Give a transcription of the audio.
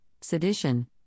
sedition